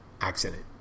accident